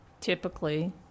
typically